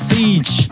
Siege